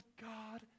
God